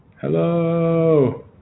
Hello